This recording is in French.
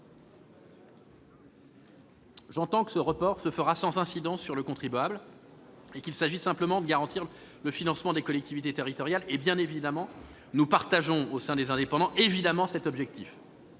J'entends que ce report se fera sans incidence pour le contribuable et qu'il s'agit simplement de garantir le financement des collectivités territoriales. Bien évidemment, mon groupe partage cet objectif.